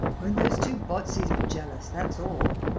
won't those two botseys be jealous that's all?